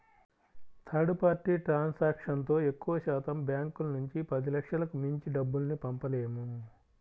third party ట్రాన్సాక్షన్తో ఎక్కువశాతం బ్యాంకుల నుంచి పదిలక్షలకు మించి డబ్బుల్ని పంపలేము